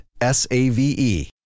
S-A-V-E